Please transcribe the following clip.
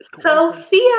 Sophia